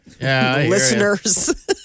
Listeners